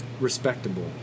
Respectable